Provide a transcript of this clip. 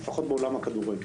לפחות בעולם הכדורגל.